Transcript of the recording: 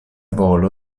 volo